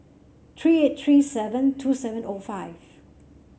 three eight three seven two seven O five